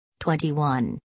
21